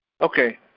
Okay